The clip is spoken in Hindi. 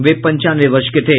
वे पचानवे वर्ष के थे